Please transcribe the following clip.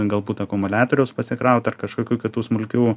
galbūt akumuliatoriaus pasikraut ar kažkokių kitų smulkių